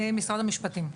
משרד המשפטים.